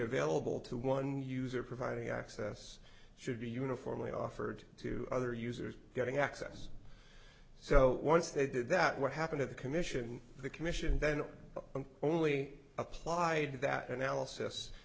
available to one user providing access should be uniformly offered to other users getting access so once they did that what happened at the commission the commission then only applied that analysis